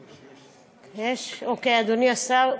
יש, אדוני השר,